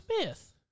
Smith